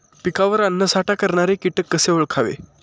पिकावर अन्नसाठा करणारे किटक कसे ओळखावे?